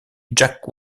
jack